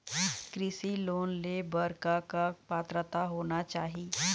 कृषि लोन ले बर बर का का पात्रता होना चाही?